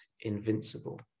invincible